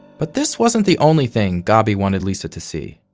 but this wasn't the only thing gabi wanted lisa to see.